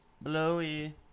Blowy